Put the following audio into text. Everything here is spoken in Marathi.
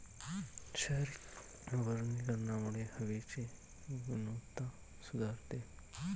शहरी वनीकरणामुळे हवेची गुणवत्ता सुधारते